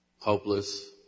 Hopeless